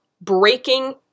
breaking